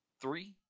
three